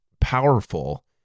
powerful